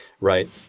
Right